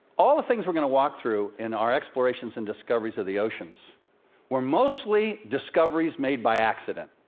all the things we're going to walk through in our explorations and discoveries of the oceans were mostly discoveries made by accident.